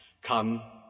Come